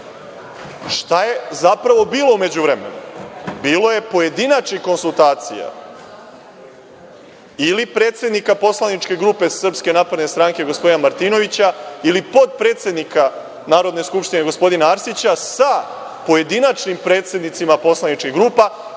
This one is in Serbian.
Šta je zapravo bilo u međuvremenu? Bilo je pojedinačnih konsultacija ili predsednika poslaničke grupe SNS gospodina Martinovića ili potpredsednika Narodne skupštine gospodina Arsića sa pojedinačnim predsednicima poslaničkih grupa,